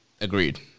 Agreed